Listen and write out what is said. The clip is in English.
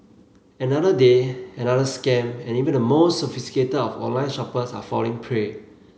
another day another scam and even the most sophisticated of online shoppers are falling prey